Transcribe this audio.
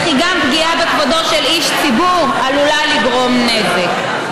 וכי גם פגיעה בכבודו של איש ציבור עלולה לגרום נזק,